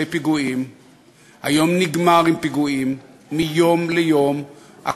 אני אהיה יותר